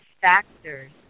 factors